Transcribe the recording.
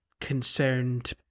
concerned